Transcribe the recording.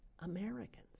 Americans